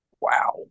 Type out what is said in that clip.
Wow